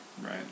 right